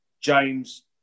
James